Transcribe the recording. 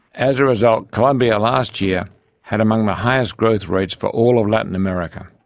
as a result, colombia last year had among the highest growth rates for all of latin america.